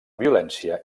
violència